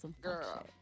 girl